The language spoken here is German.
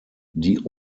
die